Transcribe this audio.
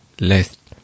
less